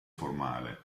formale